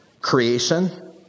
Creation